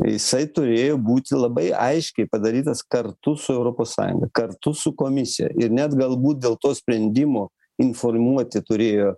jisai turėjo būti labai aiškiai padarytas kartu su europos sąjunga kartu su komisija ir net galbūt dėl to sprendimų informuoti turėjo